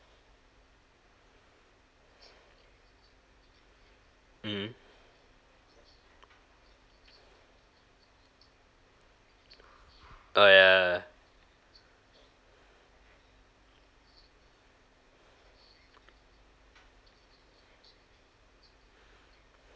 mmhmm oh ya